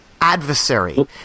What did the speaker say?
adversary